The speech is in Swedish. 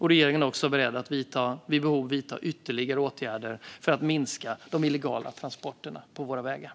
Regeringen är också beredd att vid behov vidta ytterligare åtgärder för att minska de illegala transporterna på våra vägar.